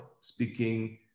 speaking